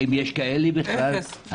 האם יש כאלה בכלל?